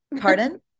Pardon